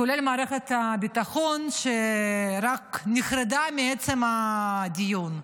כולל מערכת הביטחון, שרק נחרדה מעצם הדיון.